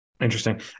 Interesting